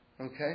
Okay